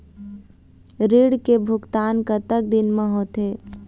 ऋण के भुगतान कतक दिन म होथे?